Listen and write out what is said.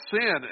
sin